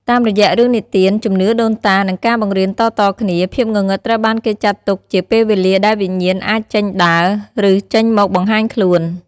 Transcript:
តាមរយៈរឿងនិទាន ជំនឿដូនតា និងការបង្រៀនតៗគ្នា ភាពងងឹតត្រូវបានគេចាត់ទុកជាពេលវេលាដែលវិញ្ញាណអាចចេញដើរ ឬចេញមកបង្ហាញខ្លួន ។